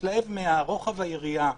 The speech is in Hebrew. אני מתלהב מרוחב היריעה,